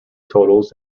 totals